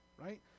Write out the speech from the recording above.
right